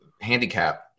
handicap